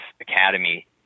academy